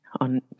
on